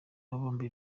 bombi